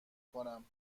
کنم